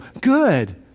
good